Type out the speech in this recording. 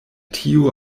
tio